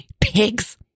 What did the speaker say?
pigs